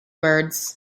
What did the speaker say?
birds